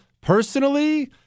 personally